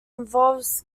involves